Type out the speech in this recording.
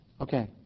Okay